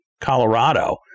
Colorado